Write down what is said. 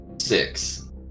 six